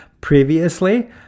previously